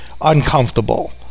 uncomfortable